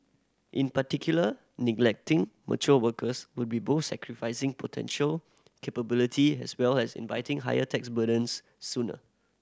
in particular neglecting mature workers would be both sacrificing potential capability as well as inviting higher tax burdens sooner